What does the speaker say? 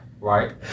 Right